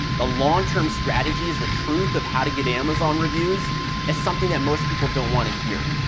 the long-term strategies, the truth of how to get amazon reviews is something that most people don't want to hear.